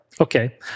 Okay